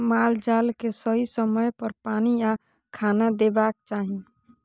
माल जाल केँ सही समय पर पानि आ खाना देबाक चाही